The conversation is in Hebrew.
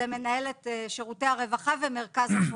נמצאת מנהלת שירותי הרווחה ומרכז החוסן.